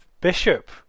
Bishop